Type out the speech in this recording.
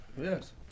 Yes